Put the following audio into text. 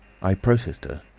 i processed her.